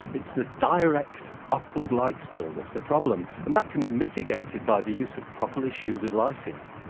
it's the direct upward light-spill that's the problem, and that can be mitigated by the use of properly shielded lighting.